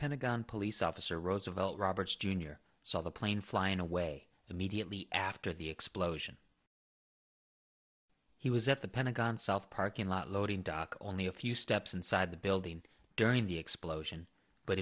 pentagon police officer roosevelt roberts jr saw the plane flying away immediately after the explosion he was at the pentagon south parking lot loading dock only a few steps inside the building during the explosion but